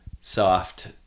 soft